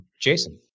Jason